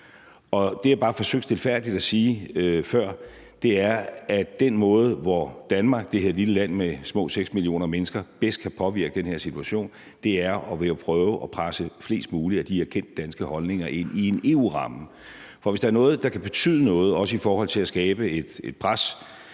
Det, jeg bare stilfærdigt forsøgte at sige før, er, at den måde, hvorpå Danmark – det her lille land med små 6 millioner mennesker – bedst kan påvirke den her situation, er ved at prøve at presse flest mulige af de her kendte danske holdninger ind i en EU-ramme. For hvis der er noget, der kan betyde noget i forhold til at skabe et pres